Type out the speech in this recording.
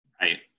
Right